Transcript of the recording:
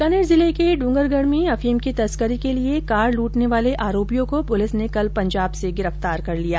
बीकानेर जिले के डूंगरगढ़ में अफीम की तस्करी के लिये कार लूटने वाले आरोपियों को पुलिस ने कल पंजाब से गिरफ्तार कर लिया